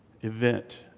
event